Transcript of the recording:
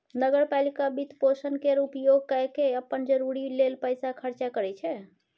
नगर पालिका वित्तपोषण केर उपयोग कय केँ अप्पन जरूरी लेल पैसा खर्चा करै छै